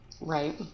Right